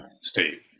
state